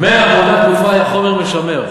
היה חומר משמר,